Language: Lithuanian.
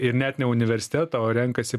ir net ne universitetą o renkasi